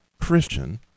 Christian